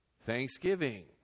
thanksgiving